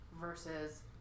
versus